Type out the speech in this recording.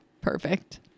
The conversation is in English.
perfect